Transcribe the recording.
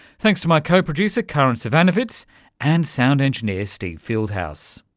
thanks to my co-producer karin zsivanovits and sound engineer steve fieldhouse.